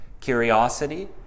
curiosity